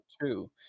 two